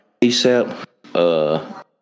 ASAP